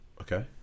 Okay